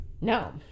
No